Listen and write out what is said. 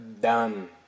Done